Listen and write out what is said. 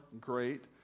great